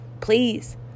Please